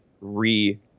re